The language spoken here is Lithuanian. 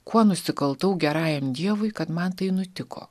kuo nusikaltau gerajam dievui kad man tai nutiko